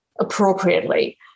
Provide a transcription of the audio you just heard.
appropriately